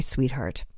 Sweetheart